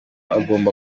hagomba